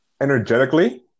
energetically